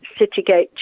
Citygate